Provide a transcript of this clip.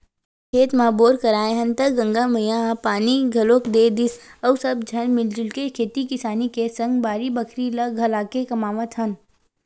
खेत म बोर कराए हन त गंगा मैया ह पानी घलोक दे दिस अउ सब झन मिलजुल के खेती किसानी के सग बाड़ी बखरी ल घलाके कमावत हन